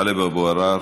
טלב אבו עראר,